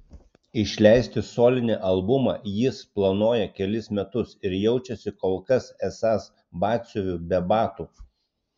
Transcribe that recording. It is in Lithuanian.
išleisti solinį albumą jis planuoja kelis metus ir jaučiasi kol kas esąs batsiuviu be batų